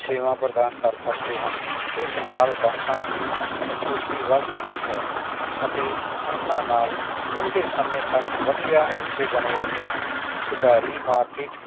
ਸੇਵਾ ਪ੍ਰਦਾਨ ਕਰ ਸਕਦੇ ਹਨ ਇਸ ਨਾਲ ਗਾਹਕਾਂ ਦੀ ਸੰਤੁਸ਼ਟੀ ਵੱਧ ਜਾਂਦੀ ਹੈ ਅਤੇ ਉਹਨਾਂ ਨਾਲ ਲੰਬੇ ਸਮੇਂ ਤੱਕ ਵਧੀਆ ਰਿਸ਼ਤੇ ਬਣੇ ਰਹਿੰਦੇ ਹਨ ਸੁਧਾਰੀ ਮਾਰਕੀਟ